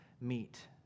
meet